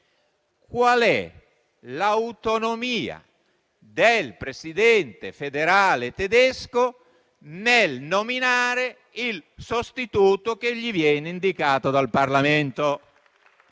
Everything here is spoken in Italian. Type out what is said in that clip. Qual è l'autonomia del Presidente federale tedesco nel nominare il sostituto che gli viene indicato dal Parlamento?